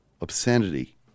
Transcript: obscenity